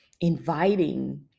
inviting